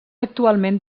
actualment